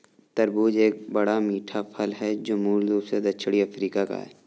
तरबूज एक बड़ा, मीठा फल है जो मूल रूप से दक्षिणी अफ्रीका का है